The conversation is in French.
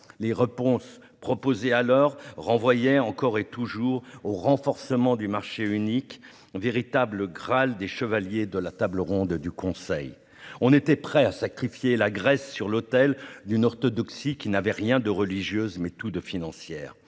Les réponses proposées renvoyaient encore et toujours au renforcement du marché unique, véritable Graal des chevaliers de la Table ronde du Conseil ... On était prêt à sacrifier la Grèce sur l'autel d'une orthodoxie qui n'avait rien de religieux, mais tout de financier.